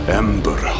ember